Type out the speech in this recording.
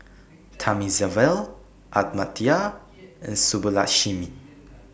Thamizhavel Amartya and Subbulakshmi